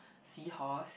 seahorse